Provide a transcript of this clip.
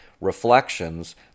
Reflections